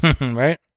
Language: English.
Right